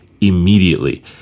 immediately